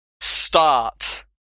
Start